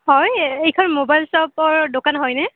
হয় এইখন মবাইল চপৰ দোকান হয়নে